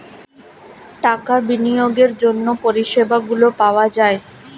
টাকা বিনিয়োগের জন্য পরিষেবাগুলো পাওয়া যায়